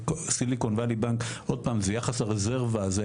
עוד פעם זה יחס הרזרבה הזה,